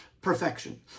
perfection